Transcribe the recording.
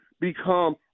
become